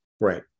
right